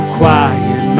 quiet